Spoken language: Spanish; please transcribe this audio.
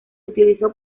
utilizó